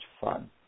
fun